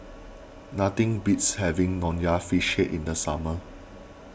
nothing beats having Nonya Fish Head in the summer